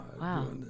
wow